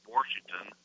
Washington